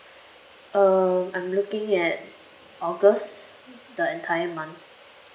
um I'm looking at august the entire month